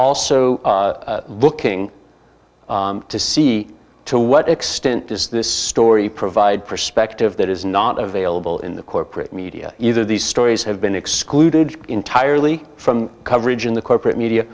also looking to see to what extent does this story provide perspective that is not available in the corporate media either these stories have been excluded entirely from coverage in the corporate media